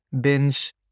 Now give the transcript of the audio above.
binge